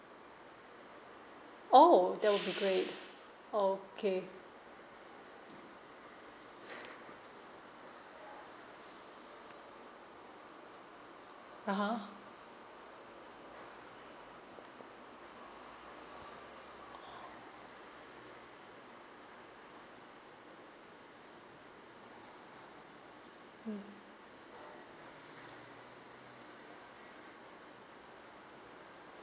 oh that will be great okay (uh huh) mm